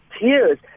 tears